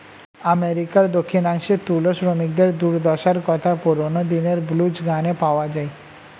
আমেরিকার দক্ষিণাংশে তুলো শ্রমিকদের দুর্দশার কথা পুরোনো দিনের ব্লুজ গানে পাওয়া যায়